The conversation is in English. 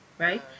right